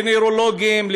לנוירולוגים,